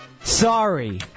Sorry